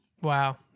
Wow